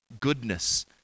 goodness